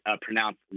pronounced